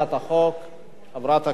חברת הכנסת דליה איציק.